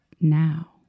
now